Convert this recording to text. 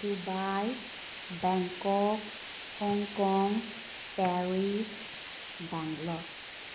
Dubai Bangkok Hong Kong Paris Bangalore